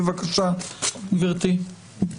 בבקשה, גברתי.